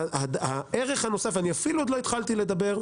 שהערך הנוסף ואני אפילו עוד לא התחלתי לדבר,